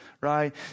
Right